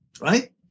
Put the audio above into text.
right